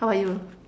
how about you